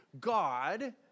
God